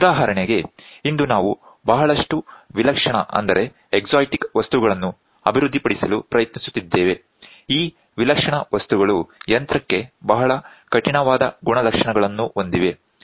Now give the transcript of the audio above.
ಉದಾಹರಣೆಗೆ ಇಂದು ನಾವು ಬಹಳಷ್ಟು ವಿಲಕ್ಷಣ ವಸ್ತುಗಳನ್ನು ಅಭಿವೃದ್ಧಿಪಡಿಸಲು ಪ್ರಯತ್ನಿಸುತ್ತಿದ್ದೇವೆ ಈ ವಿಲಕ್ಷಣ ವಸ್ತುಗಳು ಯಂತ್ರಕ್ಕೆ ಬಹಳ ಕಠಿಣವಾದ ಗುಣಲಕ್ಷಣಗಳನ್ನು ಹೊಂದಿವೆ